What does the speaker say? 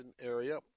area